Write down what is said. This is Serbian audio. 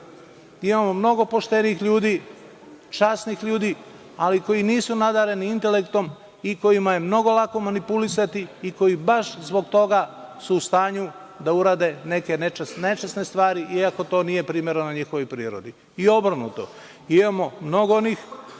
imamo mnogo poštenih ljudi, časnih ljudi, ali koji nisu nadareni intelektom i kojima je mnogo lako manipulisati i koji baš zbog toga su u stanju da urade neke nečasne stvari iako to nije primereno njihovoj prirodi. I obrnuto, imamo mnogo onih